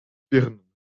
birnen